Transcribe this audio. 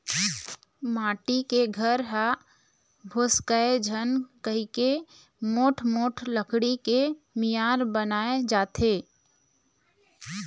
माटी के घर ह भोसकय झन कहिके मोठ मोठ लकड़ी के मियार बनाए जाथे